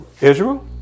Israel